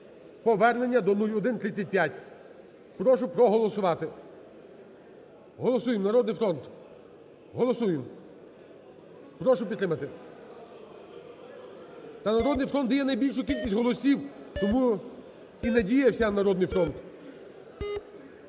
повернення до 0135. Прошу проголосувати. Голосуємо. "Народний фронт", голосуємо! Прошу підтримати… (Шум у залі) Та "Народний фронт" дає найбільшу кількість голосів, тому і надіявся на "Народний фронт".